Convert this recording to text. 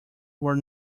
were